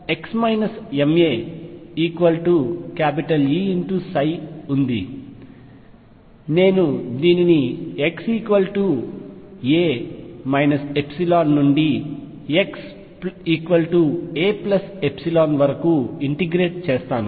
నేను దీనిని xa ϵ నుండి xaϵ వరకు ఇంటిగ్రేట్ చేస్తాను